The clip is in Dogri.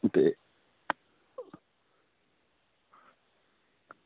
ते